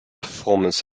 performance